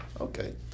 Okay